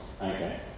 Okay